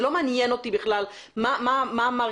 זה לא מעניין אותי בכלל מה מערכת